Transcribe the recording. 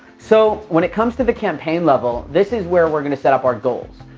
so, when it comes to the campaign level, this is where we are gonna set up our goals.